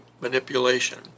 manipulation